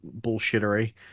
bullshittery